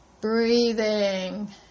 breathing